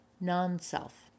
Non-self